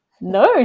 No